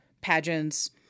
pageants